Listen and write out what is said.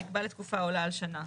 ונקבע לתקופה העולה על שנה.